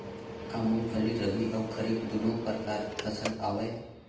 का मूंगफली रबि अऊ खरीफ दूनो परकार फसल आवय?